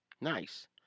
Nice